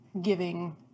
giving